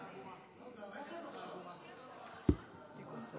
אני קובע שהצעת חוק ההתייעלות הכלכלית (תיקוני חקיקה